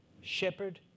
Shepherd